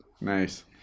Nice